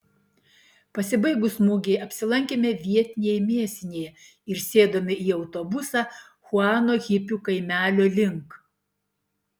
pasibaigus mugei apsilankėme vietinėje mėsinėje ir sėdome į autobusą chuano hipių kaimelio link